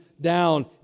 down